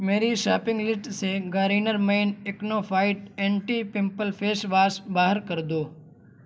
میری شاپنگ لٹس سے Garnier men acno fight anti pimple face wash باہر کردو